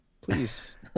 Please